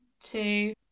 two